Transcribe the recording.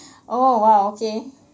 oh !wow! okay